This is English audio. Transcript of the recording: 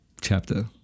chapter